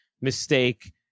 mistake